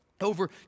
over